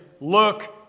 look